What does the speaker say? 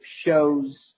shows